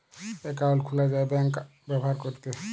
account খুলা যায় bank ব্যাভার ক্যরতে